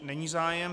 Není zájem.